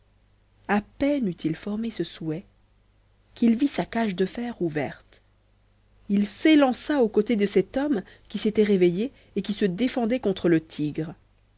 à peine eut-il formé ce souhait qu'il vit sa cage de fer ouverte il s'élança aux côtés de cet homme qui s'était réveillé et qui se défendait contre le tigre